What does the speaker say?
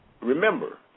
remember